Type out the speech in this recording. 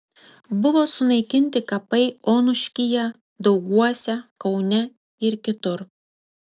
buvo sunaikinti kapai onuškyje dauguose kaune ir kitur